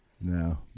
No